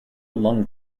lung